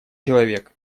человек